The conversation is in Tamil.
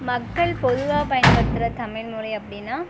மக்கள் பொதுவாக பயன்படுத்துகிற தமிழ்மொழி அப்படின்னா